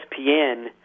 ESPN